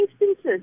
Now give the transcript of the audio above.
instances